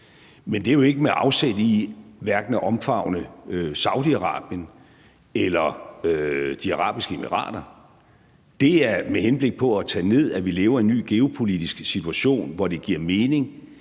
Men det er jo ikke med afsæt i hverken at omfavne Saudi-Arabien eller De Forenede Arabiske Emirater; det er med henblik på at tage ned, at vi lever i en ny geopolitisk situation, hvor det giver mening,